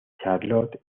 charlot